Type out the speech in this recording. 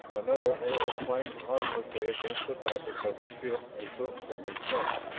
another arrow clanged harmlessly against the fabric of the ship a foot from his goal.